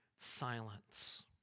silence